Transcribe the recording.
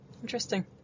interesting